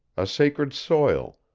a sacred soil,